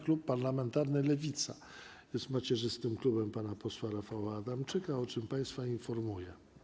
Klub parlamentarny Lewica jest macierzystym klubem pana posła Rafała Adamczyka, o czym państwa informuję.